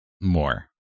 more